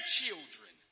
children